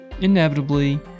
inevitably